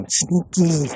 sneaky